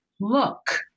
look